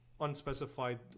unspecified